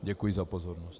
Děkuji za pozornost.